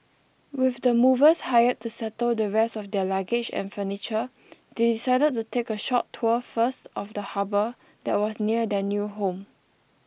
with the movers hired to settle the rest of their luggage and furniture they decided to take a short tour first of the harbour that was near their new home